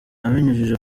abinyujije